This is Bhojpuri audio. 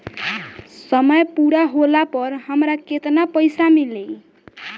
समय पूरा होला पर हमरा केतना पइसा मिली?